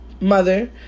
mother